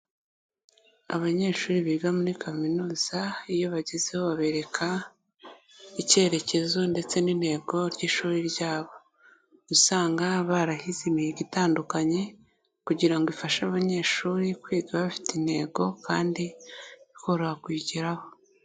Abanyeshuri biga muri kaminuza, iyo bagezeho babereka icyerekezo ndetse n'intego ry'ishuri ryabo, uba usanga barahize imihigo itandukanye kugira ngo ifashe abanyeshuri kwiga bafite intego kandi bikoroha kuyigeraho.